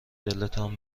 دلتان